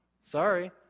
Sorry